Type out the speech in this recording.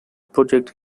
projects